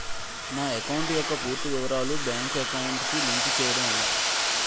నా అకౌంట్ యెక్క పూర్తి వివరాలు బ్యాంక్ అకౌంట్ కి లింక్ చేయడం ఎలా?